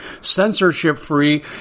censorship-free